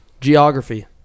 Geography